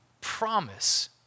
promise